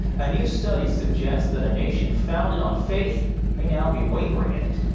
a new study suggests that a nation founded on faith may now be wavering in it.